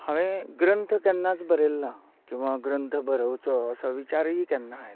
हांवें ग्रंथ केन्नाच बरयल ना किंवां ग्रंथ बरोवचो असो विचारय केन्ना आयल ना